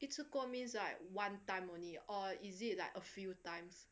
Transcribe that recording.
一次过 means like one time only or is it like a few times